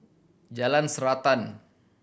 Jalan Srantan